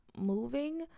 moving